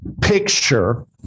picture